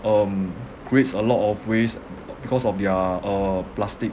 um creates a lot of waste because of their uh plastic